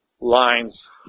lines